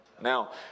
Now